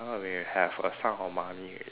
now they have a sum of money already